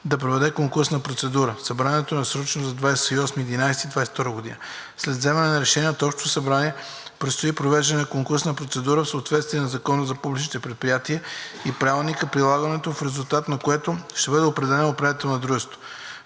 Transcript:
да проведе конкурсната процедура. Събранието е насрочено за 28 ноември 2022 г. След вземане на решение от Общото събрание предстои провеждане на конкурсна процедура в съответствие със Закона за публичните предприятия и Правилника за прилагането му, в резултат на което ще бъде определен управител на дружеството.